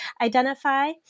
identify